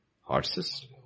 horses